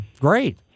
Great